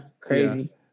crazy